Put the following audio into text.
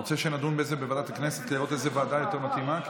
רוצה שנדון בזה בוועדת הכנסת כדי לראות איזו ועדה יותר מתאימה?